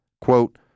Quote